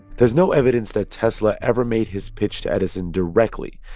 there's no evidence that tesla ever made his pitch to edison directly,